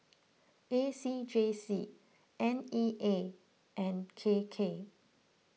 A C J C N E A and K K